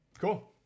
Cool